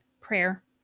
Prayer